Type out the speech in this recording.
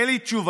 אין לי תשובה.